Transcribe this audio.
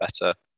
better